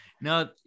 No